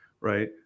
right